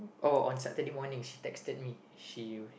oh on Saturday morning she texted me she